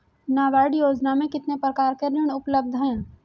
नाबार्ड योजना में कितने प्रकार के ऋण उपलब्ध हैं?